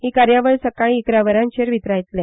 ही कार्यावळ सकाळी इकरा वरांचेर वितरायतले